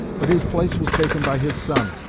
but his place was taken by his son,